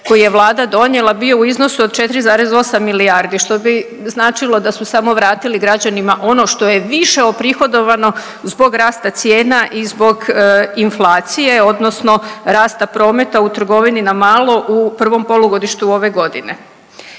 koji je vlada donijela bio u iznosu od 4,8 milijardi što bi značilo da su samo vratili građanima ono što je više oprihodovano zbog rasta cijena i zbog inflacije odnosno rasta prometa u trgovini na malo u prvom polugodištu ove godine.